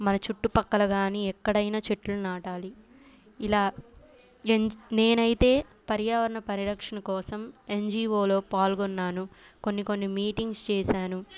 మన చుట్టుపక్కల గాని ఎక్కడైనా చెట్లు నాటాలి ఇలా ఎన్జ్ నేనయితే పర్యావరణ పరిరక్షణ కోసం ఎన్జీవోలో పాల్గొన్నాను కొన్ని కొన్ని మీటింగ్స్ చేశాను